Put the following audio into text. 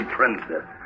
Princess